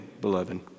beloved